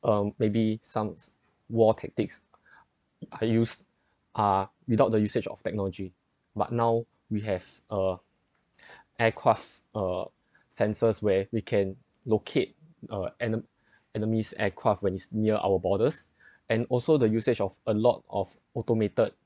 um maybe some war tactics are used are without the usage of technology but now we have uh aircraft uh sensors where we can locate uh ene~ enemy's aircraft when is near our borders and also the usage of a lot of automated